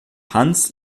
hans